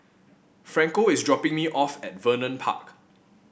Franco is dropping me off at Vernon Park